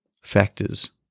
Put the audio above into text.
factors